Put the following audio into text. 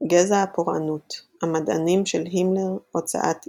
גזע הפורענות-המדענים של הימלר הוצאת "עברית",